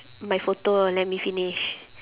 my photo uh let me finish